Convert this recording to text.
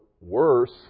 worse